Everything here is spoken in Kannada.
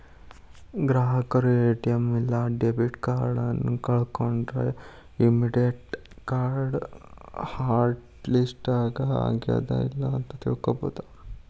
ಗ್ರಾಹಕರು ಎ.ಟಿ.ಎಂ ಇಲ್ಲಾ ಡೆಬಿಟ್ ಕಾರ್ಡ್ ಕಳ್ಕೊಂಡ್ರ ಇಮ್ಮಿಡಿಯೇಟ್ ಕಾರ್ಡ್ ಹಾಟ್ ಲಿಸ್ಟ್ ಆಗ್ಯಾದ ಇಲ್ಲ ಅಂತ ತಿಳ್ಕೊಬೇಕ್